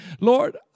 Lord